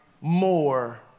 more